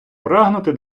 прагнути